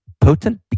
potent